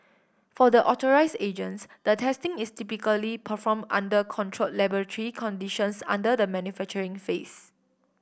for the authorised agents the testing is typically performed under controlled laboratory conditions under the manufacturing phase